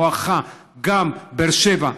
גם בואכה באר שבע,